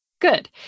Good